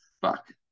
Fuck